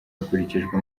hakurikijwe